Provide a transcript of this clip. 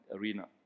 arena